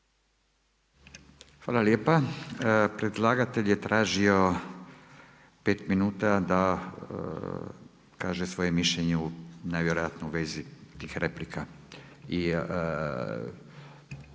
Hvala lijepa. Predlagatelj je tražio 5 minuta da kaže svoje mišljenje najvjerojatnije u vezi tih replika,